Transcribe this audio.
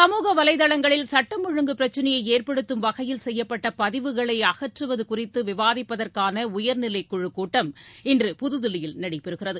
சமூக வலை தளங்களில் சட்டம் ஒழுங்கு பிரச்சினையை ஏற்படுத்தும் வகையில் செய்யப்பட்ட பதிவுகளை அகற்றுவது குறித்து விவாதிப்பதற்கான உயர்நிலைக் குழுக் கூட்டம் இன்று புதுதில்லியில் நடைபெறுகிறது